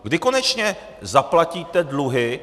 Kdy konečně zaplatíte dluhy?